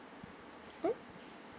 mm